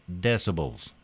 decibels